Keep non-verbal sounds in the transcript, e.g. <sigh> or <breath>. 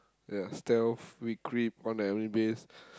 ya stealth we creep on the enemy base <breath>